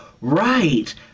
right